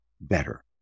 better